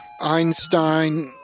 Einstein